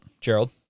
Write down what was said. Gerald